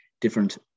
different